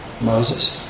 Moses